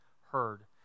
heard